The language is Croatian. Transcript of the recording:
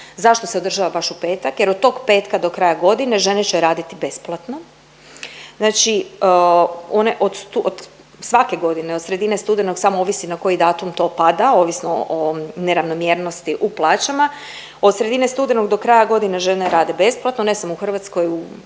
zašto se održava baš u petak? Jer od tog petka do kraja godine, žene će raditi besplatno. Znači one od, svake godine od sredine studenog samo ovisi na koji datum to pada, ovisno o neravnomjernosti u plaćama, od sredine studenog do kraja godine, žene rade besplatno, ne samo u Hrvatskoj, u cijeloj